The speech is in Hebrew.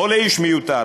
לא לאיש מיותר.